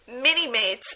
Mini-Mate's